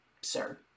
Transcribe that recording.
sir